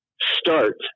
start